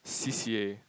c_c_a